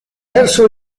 verso